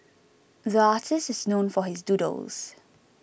the artist is known for his doodles